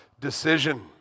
decision